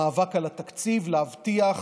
להבטיח